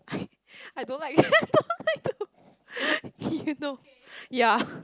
I don't like don't like to you know yeah